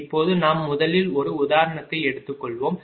இப்போது நாம் முதலில் ஒரு உதாரணத்தை எடுத்துக்கொள்வோம்